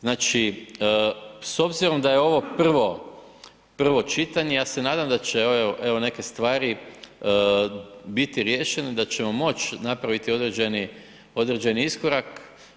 Znači, s obzirom da je ovo prvo čitanje ja se nadam da će evo neke stvari biti riješene, da ćemo moć napraviti određeni iskorak.